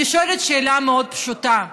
אני שואלת שאלה מאוד פשוטה: